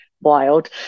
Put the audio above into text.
wild